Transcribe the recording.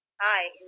Hi